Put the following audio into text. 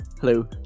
Hello